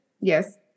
yes